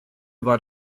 war